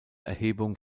erhebung